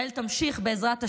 ישראל תמשיך, בעזרת השם,